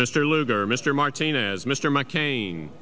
mr lugar mr martinez mr mccain